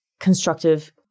constructive